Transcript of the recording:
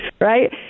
Right